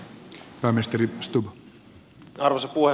arvoisa puhemies